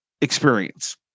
experience